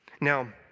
Now